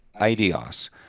idios